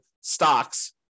stocks